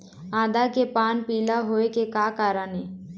आदा के पान पिला होय के का कारण ये?